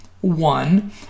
one